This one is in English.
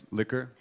liquor